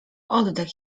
oddech